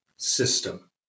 system